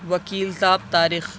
وکیل صاحب طارق